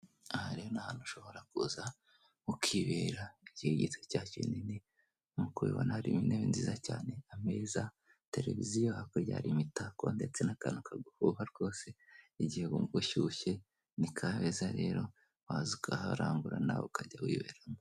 Aha rero ni ahantu ushobora kuza ukibera, igihe gito cyangwa kinini nk'uko ubibona hari intebe nziza cyane, ameza, televiziyo, hakurya hari imitako ndetse n'akantu kaguhuha rwose, igihe wumva ushyushye, ni Kabeza rero waza ukaharangura nawe ukajya wiberamo.